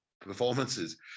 performances